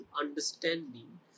understanding